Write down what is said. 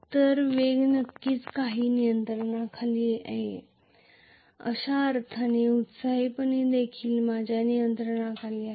तर वेग नक्कीच माझ्या नियंत्रणाखाली आहे एका अर्थाने एक्साइटेशन देखील माझ्या नियंत्रणाखाली आहे